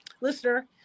listener